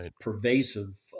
pervasive